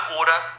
order